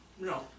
no